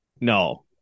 No